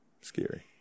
scary